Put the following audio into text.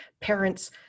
parents